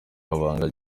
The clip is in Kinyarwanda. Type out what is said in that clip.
mabanga